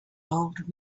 old